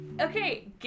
okay